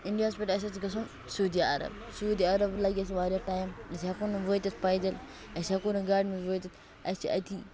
اِنڈیاہَس پیٹھٕ اَسہِ آسہِ گَژھُن سوٗدی عَرَب سوٗدی عَرَب لَگہِ اَسہِ واریاہ ٹایِم أسۍ ہیٚکو نہٕ وٲتِتھ پایدٔلۍ أسۍ ہیٚکو نہٕ گاڑِ مَنٛز وٲتِتھ اَسہِ چھِ اَتہ